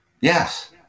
Yes